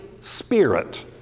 spirit